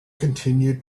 continued